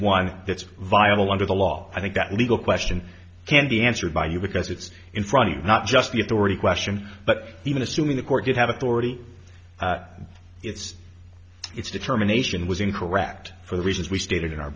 one that's viable under the law i think that legal question can be answered by you because it's in front not just the authority question but even assuming the court did have authority its determination was incorrect for the reasons we stated in our